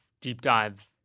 deep-dive